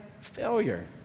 failure